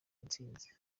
intsinzi